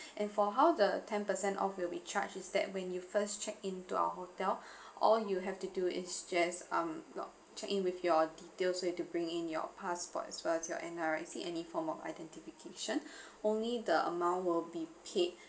and for how the ten percent off will be charged is that when you first check in to our hotel all you have to do is just uh no~ check in with your details you have to bring in your passport as well as your N_R_I_C any form of identification only the amount will be paid